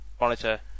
Monitor